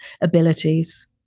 abilities